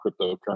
cryptocurrency